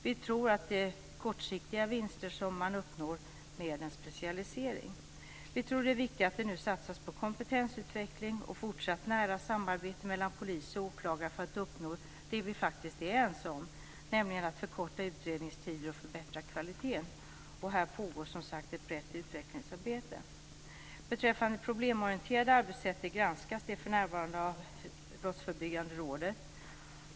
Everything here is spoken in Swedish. Vi tror att det är kortsiktiga vinster som uppnås med en specialisering. Vi tror att det är viktigare att det nu satsas på kompetensutveckling och fortsatt nära samarbete mellan polis och åklagare för att uppnå det som vi faktiskt är ense om, nämligen att förkorta utredningstider och förbättra kvaliteten. Här pågår, som sagt, ett brett utvecklingsarbete. Beträffande det problemorienterade arbetssättet vill jag peka på att det för närvarande granskas av Brottsförebyggande rådet.